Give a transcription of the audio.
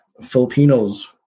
Filipinos